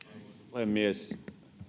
puhemies